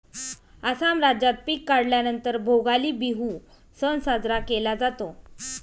आसाम राज्यात पिक काढल्या नंतर भोगाली बिहू सण साजरा केला जातो